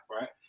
right